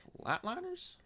Flatliners